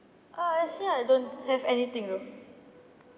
oh actually I don't have anything though